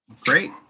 Great